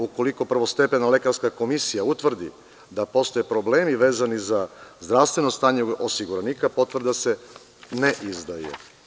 Ukoliko prvostepena lekarska komisija utvrdi da postoje problemi vezani za zdravstveno stanje osiguranika, potvrda se ne izdaje.